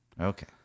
Okay